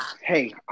hey